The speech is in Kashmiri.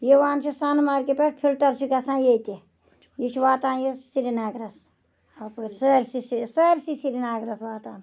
یِوان چھِ سۄنمَرگہِ پیٚٹھٕ پھِلٹَر چھُ گَژھان ییٚتہِ یہِ چھُ واتان یہِ سرینَگرَس سٲرسٕے سرینَگرَس واتان